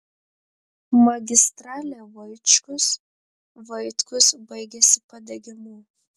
magistralė vaičkus vaitkus baigiasi padegimu